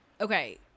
okay